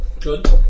good